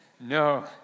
No